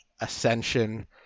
Ascension